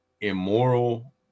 immoral